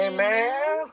Amen